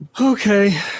Okay